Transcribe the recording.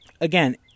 again